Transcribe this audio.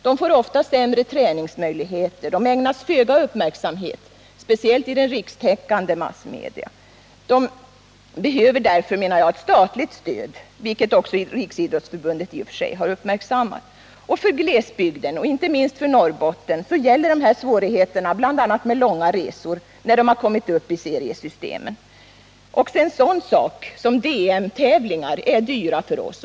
De får ofta sämre träningsmöjligheter, de ägnas föga uppmärksamhet, speciellt i rikstäckande massmedia. Kvinnoidrotten behöver därför ett statligt stöd, vilket också Riksidrottsförbundet uppmärksammat. Glesbygdsklubbar och inte minst lag från Norrbotten har svårigheter bl.a. med långa resor när de kommit upp i seriesystemen. Även en sådan sak som ett DM blir i vårt län långt dyrare än annars.